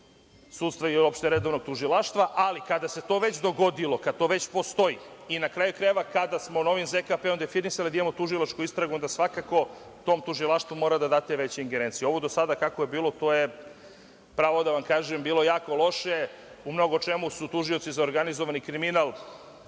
sudstva ili uopšte iz redovnog tužilaštva, ali kada se to već dogodilo, kada to već postoji, i na kraju krajeva, kada smo novim ZKP definisali da imamo tužilačku istragu, onda svakako tom tužilaštvu morate da date veće ingerencije. Ovo do sada kako je bilo, to je, pravo da vam kažem, bilo jako loše. U mnogo čemu su tužioci za organizovani kriminal